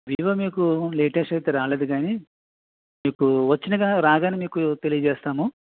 Vivo మీకు latest అయితే రాలేదు కాని ఇప్పుడు వచ్చాక రాగానే మీకు తెలియజేస్తాము